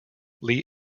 lee